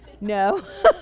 No